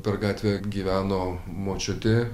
per gatvę gyveno močiutė